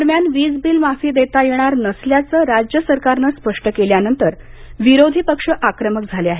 दरम्यान वीजबिल माफी देता येणार नसल्याचं राज्य सरकारनं स्पष्ट केल्यानंतर विरोधी पक्ष आक्रमक झाले आहेत